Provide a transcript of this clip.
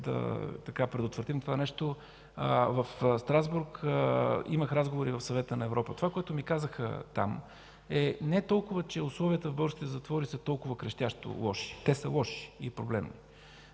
опит да предотвратим това нещо бях в Страсбург, имах разговори в Съвета на Европа. Това, което ми казаха там, е не толкова, че условията в българските затвори са толкова крещящо лоши – те са лоши и проблемни,